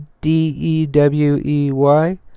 D-E-W-E-Y